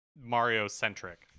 Mario-centric